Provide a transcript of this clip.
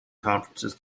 conferences